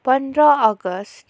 पन्ध्र अगस्ट